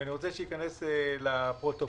ואני רוצה שייכנס לפרוטוקול,